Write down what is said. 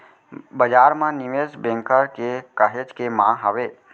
बजार म निवेस बेंकर के काहेच के मांग हावय